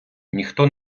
ніхто